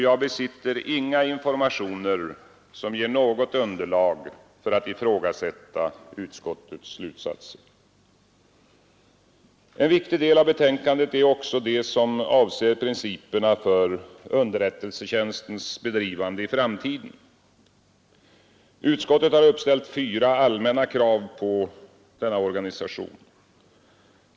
Jag besitter inga informationer, som ger något underlag för att ifrågasätta utskottets slutsatser. En viktig del av betänkandet är också den som avser principerna för underrättelsetjänstens bedrivande i framtiden. Utskottet har uppställt fyra allmänna krav på organisationen.